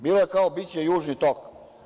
Bilo je kao biće „Južni tok“